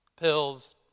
Pills